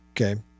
Okay